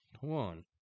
One